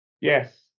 Yes